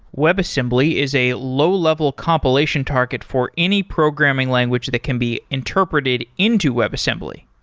webassembly is a low-level compilation target for any programming language that can be interpreted into webassembly.